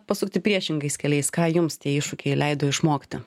pasukti priešingais keliais ką jums tie iššūkiai leido išmokti